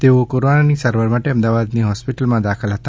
તેઓ કોરાનાની સારવાર માટે અમદાવાદની હોસ્પિટલમાં દાખલ હતા